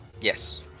Yes